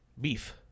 Beef